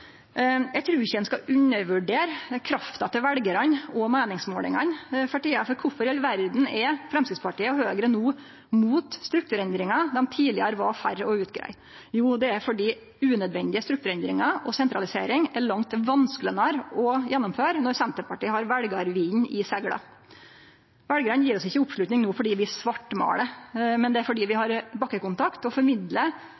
trur ikkje ein skal undervurdere krafta til veljarane og meiningsmålingane for tida. Kvifor i all verda er Framstegspartiet og Høgre no imot strukturendringar dei tidlegare var for å greie ut? Jo, det er fordi unødvendige strukturendringar og sentralisering er langt vanskelegare å gjennomføre når Senterpartiet har veljarvinden i segla. Veljarane gjev oss ikkje oppslutning no fordi vi svartmålar, men fordi vi